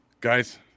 Guys